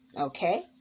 Okay